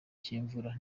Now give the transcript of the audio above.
cy’imvura